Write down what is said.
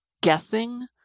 guessing